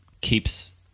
keeps